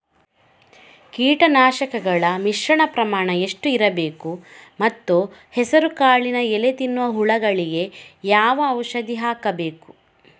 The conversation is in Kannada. ಕೀಟನಾಶಕಗಳ ಮಿಶ್ರಣ ಪ್ರಮಾಣ ಎಷ್ಟು ಇರಬೇಕು ಮತ್ತು ಹೆಸರುಕಾಳಿನ ಎಲೆ ತಿನ್ನುವ ಹುಳಗಳಿಗೆ ಯಾವ ಔಷಧಿ ಹಾಕಬೇಕು?